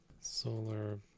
solar